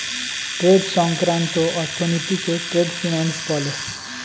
trade সংক্রান্ত অর্থনীতিকে trade finance বলে